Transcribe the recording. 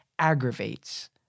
aggravates